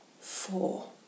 Four